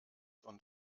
und